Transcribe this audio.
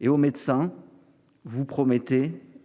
Et aux médecins. Vous promettez